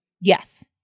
Yes